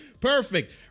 Perfect